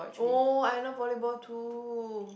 oh I love volleyball too